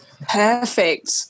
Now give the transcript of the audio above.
Perfect